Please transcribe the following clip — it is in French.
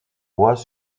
bois